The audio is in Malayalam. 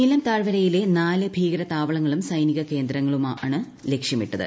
നീലം താഴ്വരയിലെ നാല് ഭീകരതാവളങ്ങളും സൈനിക കേന്ദ്രങ്ങളുമാണ് ലക്ഷ്യമിട്ടത്